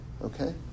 Okay